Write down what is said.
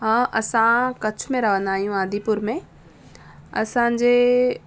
हा असां कच्छ में रहंदा आहियूं आदिपुर में असांजे